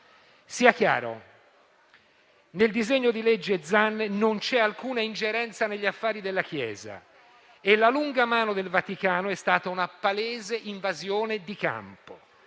Sia chiaro: nel disegno di legge Zan non c'è alcuna ingerenza negli affari della Chiesa e la lunga mano del Vaticano è stata una palese invasione di campo.